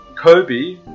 Kobe